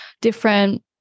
different